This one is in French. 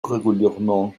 régulièrement